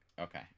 Okay